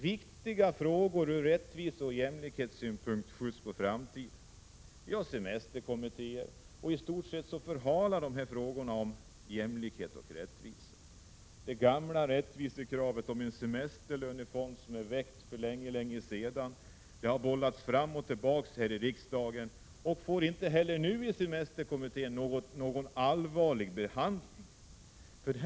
Viktiga frågor ur rättviseoch jämlikhetssynpunkt förhalas och skjuts på framtiden. Det gamla rättvisekravet om en semesterlönefond som väcktes för länge sedan har bollats fram och tillbaka här i riksdagen och får inte heller nu någon allvarlig behandling i semesterkommittén.